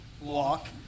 walk